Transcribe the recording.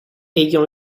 ayant